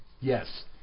Yes